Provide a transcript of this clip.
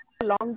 long